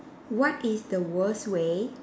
what is the worst way